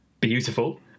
Beautiful